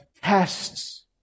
tests